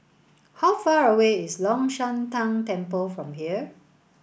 how far away is Long Shan Tang Temple from here